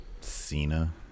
Cena